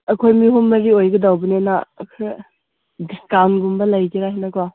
ꯑꯩꯈꯣꯏ ꯃꯤ ꯑꯍꯨꯝ ꯃꯔꯤ ꯑꯣꯏꯒꯗꯧꯕꯅꯤꯅ ꯈꯔ ꯗꯤꯁꯀꯥꯎꯟꯒꯨꯝꯕ ꯂꯩꯒꯦꯔꯥ ꯍꯥꯏꯅꯀꯣ